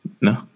No